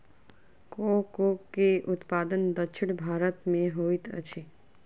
cocoa के उत्पादन दक्षिण भारत में होइत अछि